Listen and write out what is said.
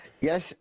Yes